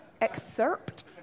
Excerpt